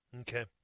Okay